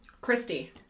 Christy